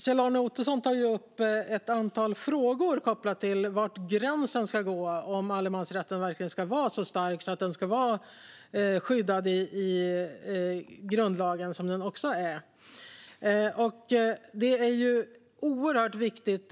Kjell-Arne Ottosson tar upp ett antal frågor kopplade till var gränsen ska gå för allemansrätten och om den verkligen ska vara så stark att den ska vara skyddad i grundlagen, vilket även den rätten är. Det här är oerhört viktigt.